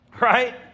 Right